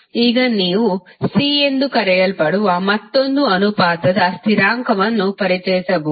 ಈಗ ನೀವು C ಎಂದು ಕರೆಯಲ್ಪಡುವ ಮತ್ತೊಂದು ಅನುಪಾತದ ಸ್ಥಿರಾಂಕವನ್ನು ಪರಿಚಯಿಸಬಹುದು